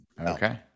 Okay